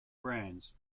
brands